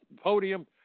podium